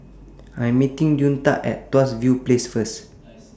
I Am meeting Deonta At Tuas View Place First